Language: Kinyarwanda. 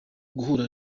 guhura